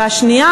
והשנייה,